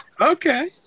Okay